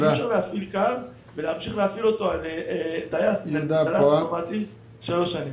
אי אפשר להפעיל קו ולהמשיך להפעיל אותו על טייס אוטומטי שלוש שנים.